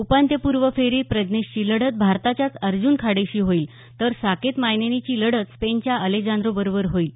उपान्त्यपूर्व फेरीत प्रज्ञेशची लढत भारताच्याच अर्जन खाडेशी होईल तर साकेत मायनेनीची लढत स्पेनच्या अलेजांद्रो बरोबर होईल